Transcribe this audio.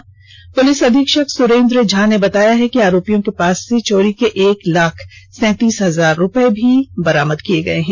जिले के पुलिस अधीक्षक सुरेन्द्र झा ने बताया कि आरोपियों के पास से चोरी के एक लाख सैंतीस हजार रूपये भी बरामद किये गये हैं